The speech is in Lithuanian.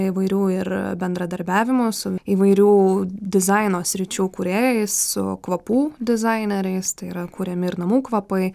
įvairių ir bendradarbiavimų su įvairių dizaino sričių kūrėjais su kvapų dizaineriais tai yra kuriami ir namų kvapai